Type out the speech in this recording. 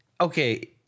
Okay